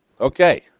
Okay